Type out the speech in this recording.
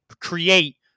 create